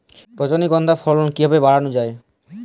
রজনীগন্ধা ফলন কিভাবে বাড়ানো যায়?